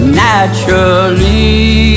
naturally